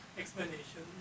explanation